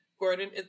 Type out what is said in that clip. Gordon